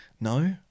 No